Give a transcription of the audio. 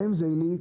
גם אם זה עילי,